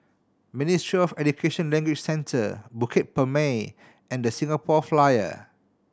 Ministry of Education Language Centre Bukit Purmei and Singapore Flyer